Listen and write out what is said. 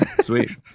sweet